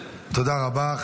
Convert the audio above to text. תודה רבה.